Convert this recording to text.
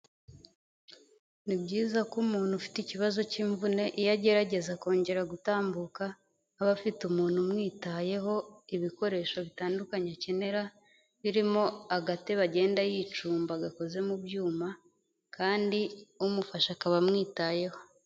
Ni byiza ko umuntu ufite ikibazo cy'imvune iyo agerageza kongera gutambuka aba afite umuntu umwitayeho, ibikoresho bitandukanye akenera birimo agatebe agenda yicumba gakoze mu byuma kandi umufasha akaba amwitayeho.